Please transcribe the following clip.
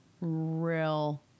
real